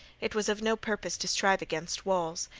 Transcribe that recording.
it was of no purpose to strive against walls.